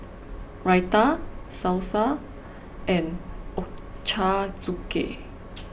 Raita Salsa and Ochazuke